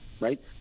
right